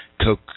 Coke